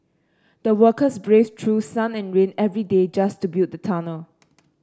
the workers braved through sun and rain every day just to build the tunnel